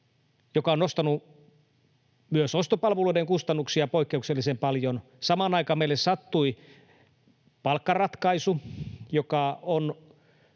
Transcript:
mikä on nostanut myös ostopalveluiden kustannuksia poikkeuksellisen paljon. Samaan aikaan meille sattui palkkaratkaisu, joka on